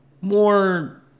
more